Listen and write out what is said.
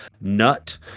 nut